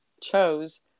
chose